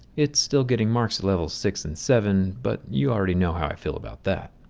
it's still getting marks levels six and seven, but you already know how i feel about that.